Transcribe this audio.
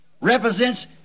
represents